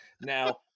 Now